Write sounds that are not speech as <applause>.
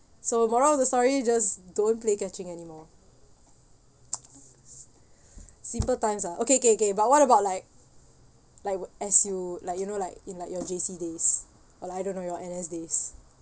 so moral of the story just don't play catching anymore <noise> <breath> simple times ah okay kay kay but what about like like as you like you know like in like your J_C days or like I don't know your N_S days